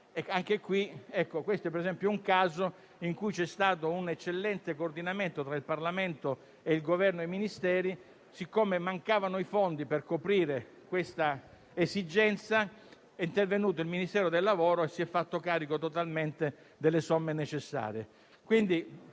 fragili. Questo, per esempio, è un caso in cui c'è stato un eccellente coordinamento tra il Parlamento, il Governo e i Ministeri: poiché mancavano i fondi per coprire questa esigenza, è venuto il Ministero del lavoro e si è fatto carico totalmente delle somme necessarie.